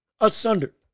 asunder